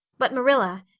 but marilla,